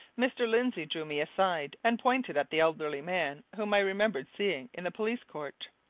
mr. lindsey drew me aside and pointed at the elderly man whom i remembered seeing in the police court.